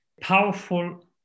powerful